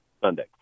sunday